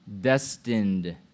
destined